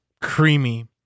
creamy